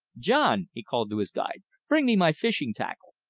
john, he called to his guide, bring me my fishing tackle.